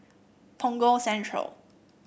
Punggol Central